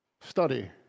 study